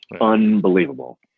Unbelievable